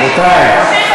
רבותי.